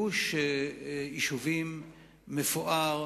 גוש יישובים מפואר,